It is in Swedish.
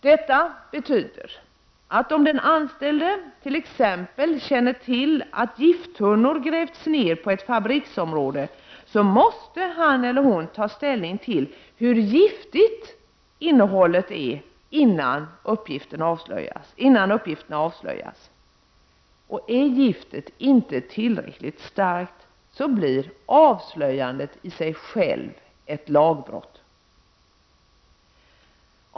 Detta betyder att om den anställde känner till att t.ex. gifttunnor grävts ner på ett fabriksområde måste han eller hon ta ställning till hur giftigt innehållet är innan uppgifterna avslöjas. Är giftet inte tillräckligt starkt, blir avslöjandet i sig självt ett lagbrott.